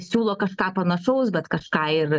siūlo kažką panašaus bet kažką ir